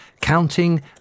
counting